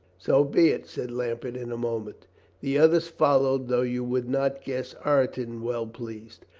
so be it! said lambert in a moment the others followed, though you would not guess ireton well pleased.